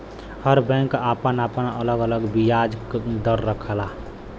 हर bank आपन आपन अलग अलग बियाज दर रखला